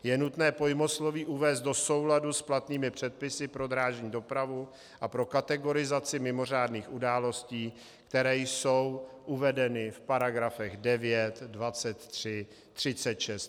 Je nutné pojmosloví uvést do souladu s platnými předpisy pro drážní dopravu a pro kategorizaci mimořádných událostí, které jsou uvedeny v paragrafech 9, 23, 36 a 38.